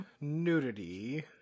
nudity